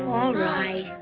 all right.